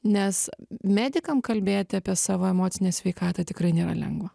nes medikam kalbėti apie savo emocinę sveikatą tikrai nėra lengva